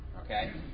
okay